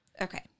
okay